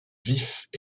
vifs